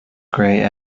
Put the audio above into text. grey